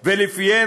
באפליה,